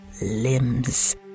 limbs